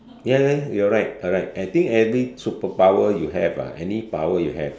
ya ya you are right correct I think every superpower you have ah any power you have